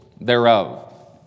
thereof